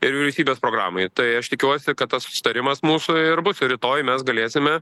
ir vyriausybės programoj tai aš tikiuosi kad tas susitarimas mūsų ir bus ir rytoj mes galėsime